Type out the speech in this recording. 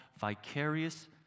vicarious